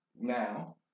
Now